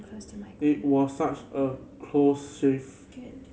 it was such a close shave